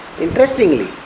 Interestingly